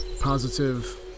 positive